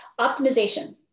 optimization